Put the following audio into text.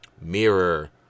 mirror